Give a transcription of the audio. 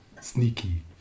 Sneaky